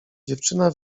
dziewczyna